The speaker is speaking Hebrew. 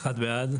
הצבעה בעד,